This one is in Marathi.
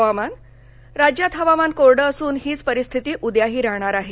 हवामान राज्यात हवामान कोरडं असून हीच परिस्थिती उद्याही राहणार आहे